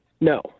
No